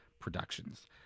productions